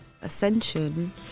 Ascension